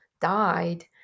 died